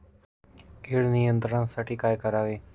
कीड नियंत्रणासाठी काय करावे?